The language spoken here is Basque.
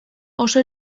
oso